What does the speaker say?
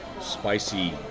spicy